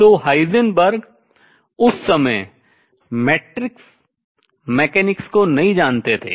तो हाइजेनबर्ग उस समय matrix mechanics मैट्रिक्स यांत्रिकी को नहीं जानते थे